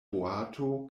boato